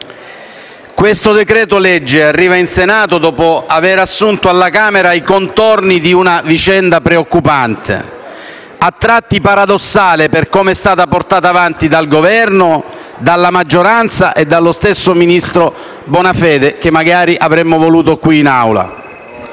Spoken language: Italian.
questo decreto-legge arriva in Senato dopo aver assunto alla Camera i contorni di una vicenda preoccupante, a tratti paradossale per come è stata portata avanti dal Governo, dalla maggioranza e dallo stesso ministro Bonafede, che magari avremmo voluto qui in Aula.